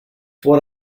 what